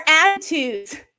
attitudes